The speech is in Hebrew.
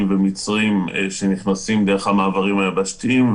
ומצרים שנכנסים דרך המעברים היבשתיים,